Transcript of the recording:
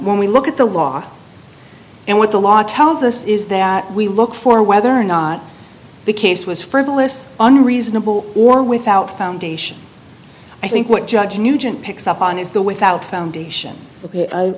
when we look at the law and what the law tells us is that we look for whether or not the case was frivolous unreasonable or without foundation i think what judge nugent picks up on is the without foundation